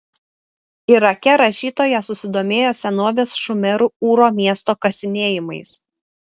irake rašytoja susidomėjo senovės šumerų ūro miesto kasinėjimais